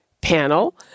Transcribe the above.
panel